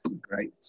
Great